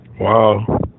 Wow